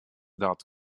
dot